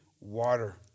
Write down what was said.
water